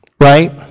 Right